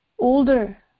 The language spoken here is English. older